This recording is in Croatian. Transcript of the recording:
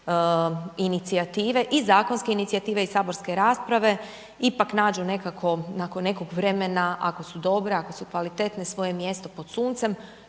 inicijative i zakonske inicijative i saborske rasprave ipak nađu nekako, nakon nekog vremena ako su dobre, ako su kvalitetne, svoje mjesto pod suncem,